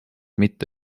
mitte